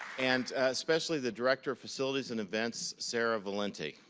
and especially the director of facilities and events, sarah valenti.